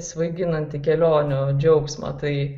svaiginantį kelionių džiaugsmą tai